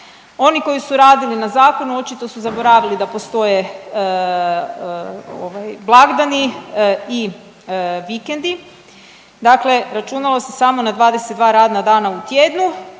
Oni koji su radili na zakonu, očito su zaboravili da postoje ovaj, blagdani i vikendi, dakle računalo se samo na 22 radna dana u tjednu,